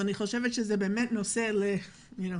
אני חושבת שזה באמת נושא לדיון